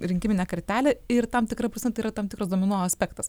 rinkiminę kartelę ir tam tikra prasme tai yra tam tikras domino aspektas